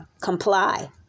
comply